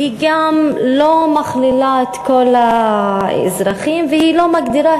כי היא גם לא מכלילה את כל האזרחים והיא לא מגדירה